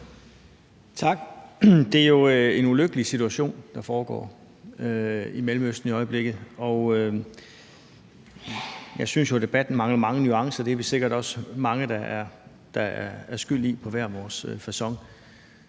Tak. Det er jo en ulykkelig situation, der er i Mellemøsten i øjeblikket, og jeg synes, debatten mangler mange nuancer. Det er vi sikkert også mange der er skyld i på hver vores facon,